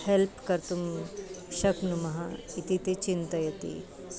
help कर्तुं शक्नुमः इति ते चिन्तयन्ति